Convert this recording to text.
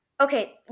okay